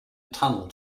tunnel